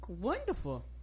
wonderful